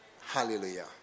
Hallelujah